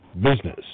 business